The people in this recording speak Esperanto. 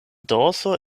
dorso